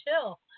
chill